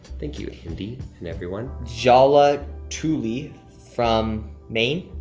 thank you andy and everyone. jala tully from maine.